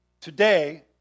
Today